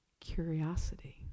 curiosity